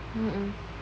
mmhmm